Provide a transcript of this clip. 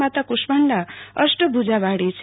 માતા કુષ્ટમાંડા અષ્ટભુજાવાળી છે